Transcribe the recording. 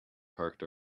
parked